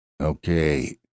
Okay